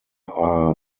are